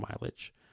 mileage